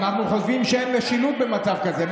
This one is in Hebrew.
אנחנו חושבים שאין משילות במצב כזה.